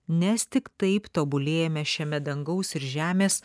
nes tik taip tobulėjame šiame dangaus ir žemės